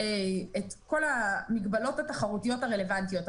את כל המגבלות התחרותיות הרלוונטיות.